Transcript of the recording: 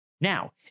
now